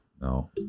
No